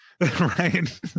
Right